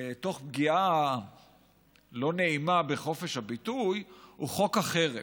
תוך פגיעה לא נעימה בחופש הביטוי, הוא חוק החרם.